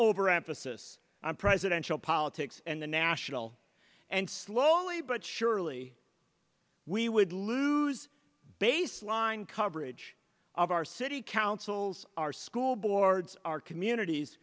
overemphasis on presidential politics and the national and slowly but surely we would lose baseline coverage of our city councils our school boards our communities